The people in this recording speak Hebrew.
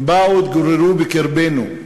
הם באו, התגוררו בקרבנו,